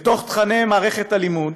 בתוך תוכני מערכת הלימוד,